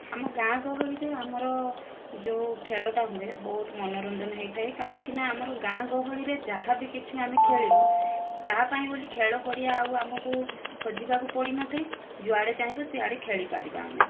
ଆମ ଗାଁ ଗହଳି ରେ ଆମର ଯେଉଁ ଖେଳଟା ହୁଏ ବୋହୁତ ମନୋରଞ୍ଜନ ହୋଇଥାଏ କାହିଁକି ନା ଆମର ଗାଁ ଗହଳିରେ ଯାହା ବି କିଛି ଆମେ ଖେଳିବୁ ତା ପାଇଁ ବୋଲି ଖେଳପଡ଼ିଆ ଆଉ ଆମକୁ ଖୋଜିବାକୁ ପଡ଼ିନଥାଏ ଯୁଆଡ଼େ ଚାହିଁବୁ ସିଆଡ଼େ ଖେଳିପରିବା ଆମେ